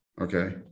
okay